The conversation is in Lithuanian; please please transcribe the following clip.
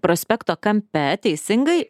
prospekto kampe teisingai